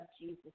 Jesus